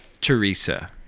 Teresa